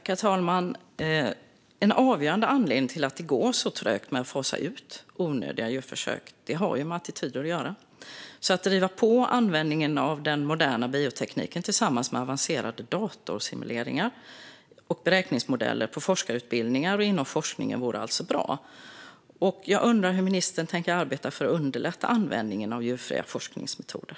Herr talman! En avgörande anledning till att det går trögt att fasa ut onödiga djurförsök har med attityder att göra. Det vore alltså bra att driva på användningen av den moderna biotekniken tillsammans med avancerade datorsimuleringar och beräkningsmodeller på forskarutbildningar och inom forskningen. Jag undrar hur ministern tänker arbeta för att underlätta användningen av djurfria forskningsmetoder.